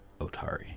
Otari